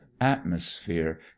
atmosphere